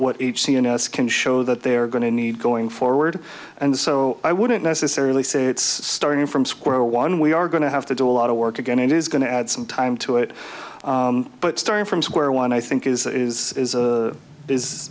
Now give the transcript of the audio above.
what each cns can show that they're going to need going forward and so i wouldn't necessarily say it's starting from square one we are going to have to do a lot of work to get it is going to add some time to it but starting from square one i think is is is